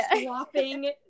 swapping